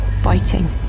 fighting